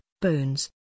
Bones